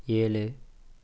ஏழு